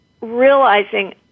realizing